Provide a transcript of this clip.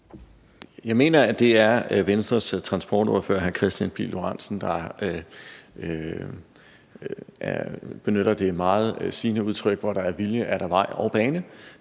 Jeg mener, at det er Venstres transportordfører, hr. Kristian Pihl Lorentzen, der benytter det meget sigende udtryk, at hvor der er vilje, er der vej og bane.